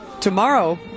tomorrow